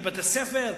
בבתי-ספר?